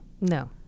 No